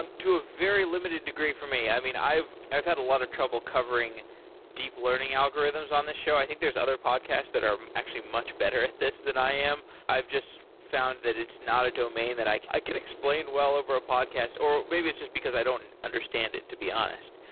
um to a very limited degree for me, i mean, i've i've had a lot of trouble covering deep learning algorithms on this show. i think there are other podcasts that are actually much better at this than i am. i've just found that it's not a domain that i i can explain well over a podcast, or maybe it's just because i don't understand it to be honest.